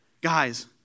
Guys